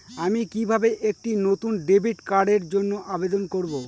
আমি কিভাবে একটি নতুন ডেবিট কার্ডের জন্য আবেদন করব?